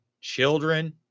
children